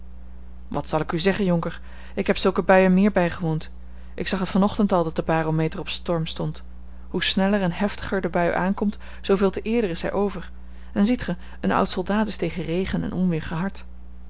wat zal ik u zeggen jonker ik heb zulke buien meer bijgewoond ik zag het van ochtend al dat de barometer op storm stond hoe sneller en heftiger de bui aankomt zooveel te eerder is hij over en ziet ge een oud soldaat is tegen regen en onweer gehard